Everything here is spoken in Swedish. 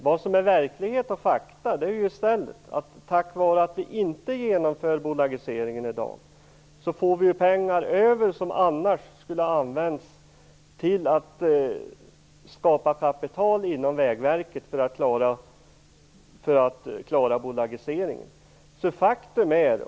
Vad som är verklighet och fakta är att vi tack vare att vi i dag inte genomför bolagiseringen får pengar över, pengar som annars skulle ha använts till att skapa kapital inom Vägverket för att klara bolagiseringen.